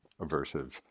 aversive